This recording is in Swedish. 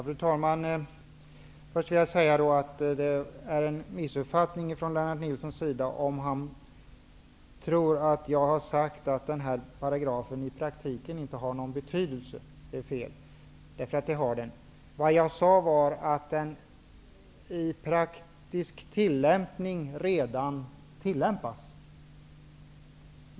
Fru talman! Först vill jag säga att det är en missuppfattning från Lennart Nilssons sida, om han tror att jag har sagt att 8 § i praktiken inte har någon betydelse. Det är fel, för den har betydelse. Vad jag sade var att denna paragraf i praktiken redan tillämpas.